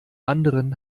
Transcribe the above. anderen